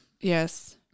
Yes